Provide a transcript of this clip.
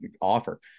offer